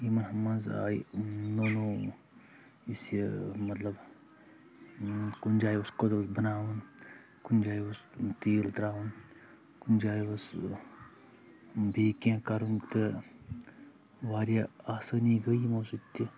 یِمَن منٛز آیہِ نوٚو نوٚو یُس یہِ مطلب کُنہِ جاے اوس کٔدٕل بَناوُن کُنہِ جایہِ اوس تیٖل ترٛاوَان کُنہِ جایہِ اوس ییٚیہِ کینٛہہ کَرُن تہٕ واریاہ آسٲنی گٔیے یِمو سۭتۍ تہِ